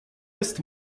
jest